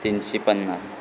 तिनशीं पन्नास